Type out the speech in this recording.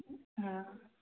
ꯑꯥ